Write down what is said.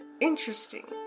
interesting